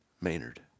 Maynard